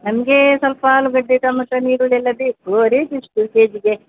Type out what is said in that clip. ನಮಗೆ ಸ್ವಲ್ಪ ಆಲೂಗಡ್ಡೆ ಟಮೆಟೊ ಈರುಳ್ಳಿ ಎಲ್ಲ ಬೇಕು ರೇಟ್ ಎಷ್ಟು ಕೆ ಜಿಗೆ